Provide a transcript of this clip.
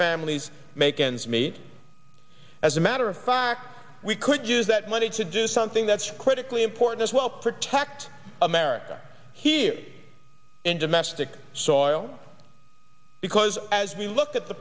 families make is made as a matter of heart we could use that money to do something that's critically important as well protect america here in domestic soil because as we look at the